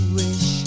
wish